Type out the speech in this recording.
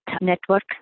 network